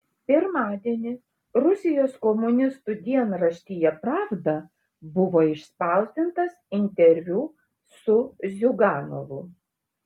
pirmadienį rusijos komunistų dienraštyje pravda buvo išspausdintas interviu su ziuganovu